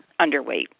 underweight